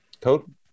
code